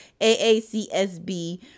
AACSB